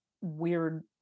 weird